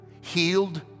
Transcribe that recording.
healed